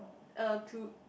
uh two